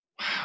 Wow